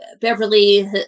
Beverly